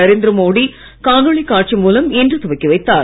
Narendra Modi காணொளிகாட்சிமூலம்இன்றுதுவக்கிவைத்தார்